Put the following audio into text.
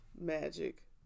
Magic